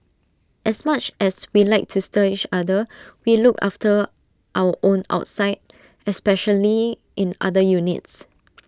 as much as we like to stir each other we look after our own outside especially in other units